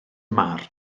marn